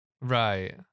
Right